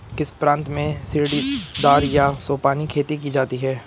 किस प्रांत में सीढ़ीदार या सोपानी खेती की जाती है?